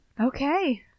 Okay